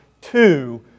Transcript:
two